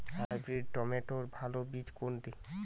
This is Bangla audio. হাইব্রিড টমেটোর ভালো বীজ কোনটি?